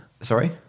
Sorry